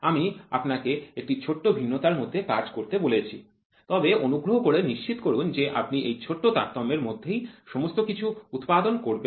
আমি আপনাকে একটি ছোট ভিন্নতার মধ্যে কাজটি করতে বলেছি তবে অনুগ্রহ করে নিশ্চিত করুন যে আপনি এই ছোট তারতম্যের মধ্যেই সমস্ত কিছু উৎপাদন করবেন